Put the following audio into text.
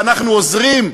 ואנחנו עוזרים,